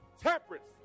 temperance